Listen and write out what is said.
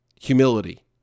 Humility